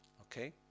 Okay